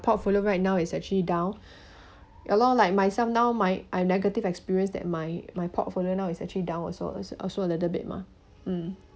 portfolio right now is actually down along like myself now my I have negative experience that my my portfolio now is actually down also also a little bit mah mm